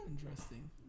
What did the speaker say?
Interesting